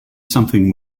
something